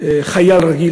חייל רגיל,